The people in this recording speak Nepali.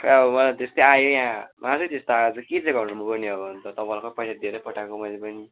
खै अब मलाई त्यस्तै आयो यहाँ मासु है त्यस्तो आएको छ के चाहिँ गर्नु म पनि अब अन्त तपाईँलाई पैसा दिएरै पठाएको मैले पनि